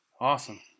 Awesome